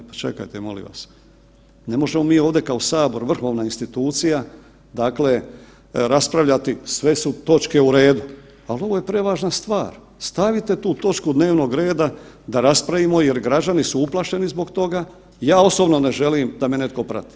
Pa čekajte molim vas, ne možemo mi ovdje kao sabor, vrhovna institucija dakle raspravljati sve su točke u redu, ali ovo je prevažna stvar, stavite tu točku dnevnog reda da raspravimo jer građani su uplašeni zbog toga, ja osobno ne želim da me netko prati.